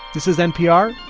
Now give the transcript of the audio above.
this is npr.